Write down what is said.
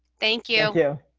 thank you. yeah